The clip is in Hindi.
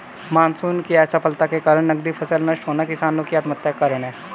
मानसून की असफलता के कारण नकदी फसल नष्ट होना किसानो की आत्महत्या का कारण है